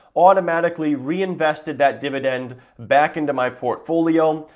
automatically reinvested that dividend back into my portfolio.